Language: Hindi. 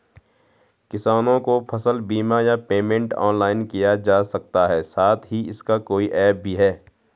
किसानों को फसल बीमा या पेमेंट ऑनलाइन किया जा सकता है साथ ही इसका कोई ऐप भी है?